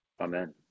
Amen